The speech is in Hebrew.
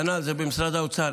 כנ"ל, זה במשרד האוצר.